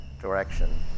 direction